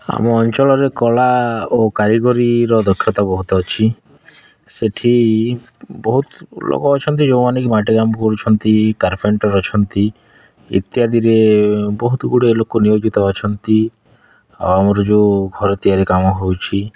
ଆମ ଅଞ୍ଚଳରେ କଳା ଓ କାରିଗରୀର ଦକ୍ଷତା ବହୁତ ଅଛି ସେଇଠି ବହୁତ ଲୋକମାନେ ଅଛନ୍ତି ଯେଉଁମାନେ କି ମାଟି କାମ କରୁଛନ୍ତି କାର୍ପେଣ୍ଟର ଅଛନ୍ତି ଇତ୍ୟାଦିରେ ବହୁତ ଗୁଡ଼ିଏ ଲୋକ ନିୟୋଜିତ ଅଛନ୍ତି ଆମର ଯେଉଁ ଘର ତିଆରି କାମ ହେଉଛି